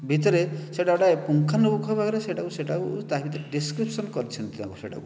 ଭିତରେ ସେଇଟା ଗୋଟାଏ ପୁଙ୍ଖାନୁପୁଙ୍ଖ ଭାବରେ ସେଇଟାକୁ ସେଇଟାକୁ ତା' ଭିତରେ ଡେସ୍କ୍ରିପସନ୍ କରିଛନ୍ତି ସେଇଟାକୁ